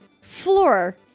Floor